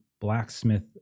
blacksmith